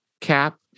Cap